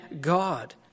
God